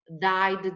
died